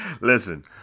Listen